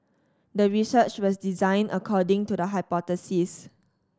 the research was designed according to the hypothesis